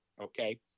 okay